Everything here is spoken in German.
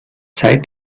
zeit